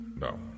No